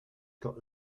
got